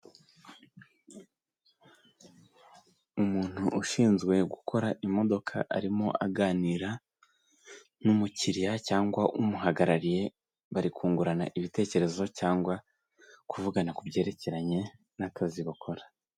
Umuntu ushinzwe gukora imodoka arimo aganira n'umukiliya cyangwa umuhagarariye barikungurana ibitekerezo cyangwa kuvugana ku byerekeranye n'akazi bakora.